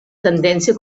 tendència